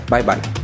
Bye-bye